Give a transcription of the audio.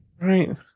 Right